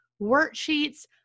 worksheets